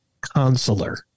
consular